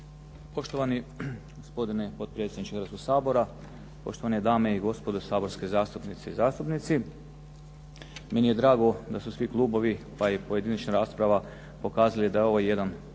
Poštovani gospodine potpredsjedniče Hrvatskog sabora, poštovane dame i gospodo saborske zastupnice i zastupnici. Meni je drago da su svi klubovi pa i pojedinačna rasprava pokazali da je ovo jedan dobar